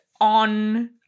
on